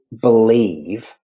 believe